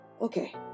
Okay